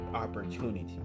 Opportunity